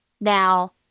now